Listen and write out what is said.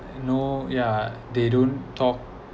you know yeah they don't talk